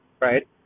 right